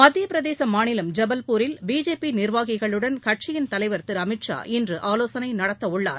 மத்தியப்பிரதேச மாநிலம் ஜபல்பூரில் பிஜேபி நிர்வாகிகளுடன் கட்சியின் தலைவர் திரு அமித்ஷா இன்று ஆலோசனை நடத்தவுள்ளார்